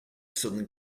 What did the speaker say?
southern